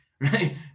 right